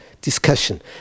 Discussion